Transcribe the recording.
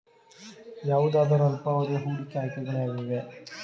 ಯಾವುದಾದರು ಅಲ್ಪಾವಧಿಯ ಹೂಡಿಕೆ ಆಯ್ಕೆಗಳಿವೆಯೇ?